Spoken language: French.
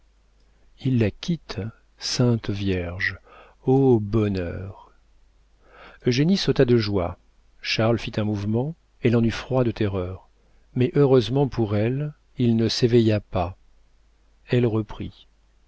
il la quitte sainte vierge oh bonheur eugénie sauta de joie charles fit un mouvement elle en eut froid de terreur mais heureusement pour elle il ne s'éveilla pas elle reprit